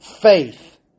faith